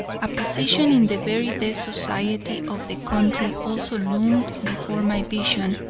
a position in the very best society of the country also loomed before my vision,